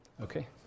Okay